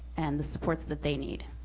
and the supports that they need.